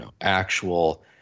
actual